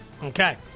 Okay